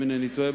אם אינני טועה,